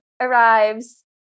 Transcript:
arrives